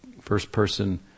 first-person